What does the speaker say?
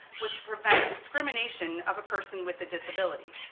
was to prevent discrimination of a person with a disability.